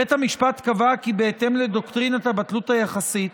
בית המשפט קבע כי בהתאם לדוקטרינת הבטלות היחסית,